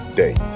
day